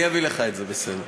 אני אביא לך את זה, בסדר.